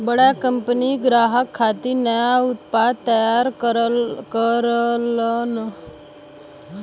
बड़ा कंपनी ग्राहक खातिर नया उत्पाद तैयार करलन